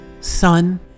Son